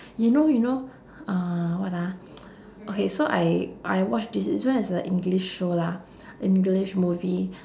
you know you know uh what ah okay so I I watch thi~ this one is a english show lah english movie